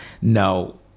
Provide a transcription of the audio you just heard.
Now